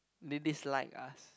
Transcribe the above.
they dislike us